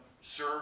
Sir